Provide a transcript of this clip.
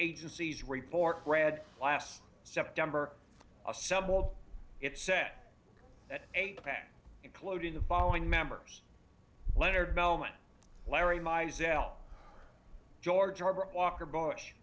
agencies report read last september assembled it said that eight including the following members leonard mehlman larry my zille george herbert walker bush